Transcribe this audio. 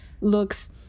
looks